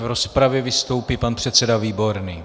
V rozpravě vystoupí pan předseda Výborný.